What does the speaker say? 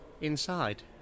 inside